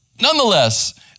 Nonetheless